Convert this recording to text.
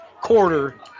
quarter